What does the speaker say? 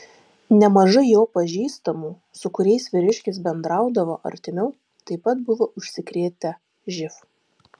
nemažai jo pažįstamų su kuriais vyriškis bendraudavo artimiau taip pat buvo užsikrėtę živ